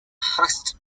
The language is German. hast